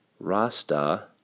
Rasta